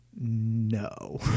No